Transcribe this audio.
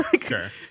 sure